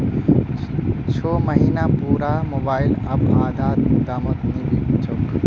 छो महीना पुराना मोबाइल अब आधा दामत नी बिक छोक